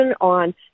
on